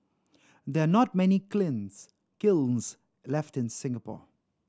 there are not many cleans kilns left in Singapore